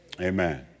Amen